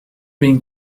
been